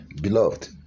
Beloved